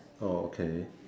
oh okay